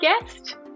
guest